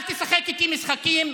אל תשחק איתי משחקים,